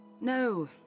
no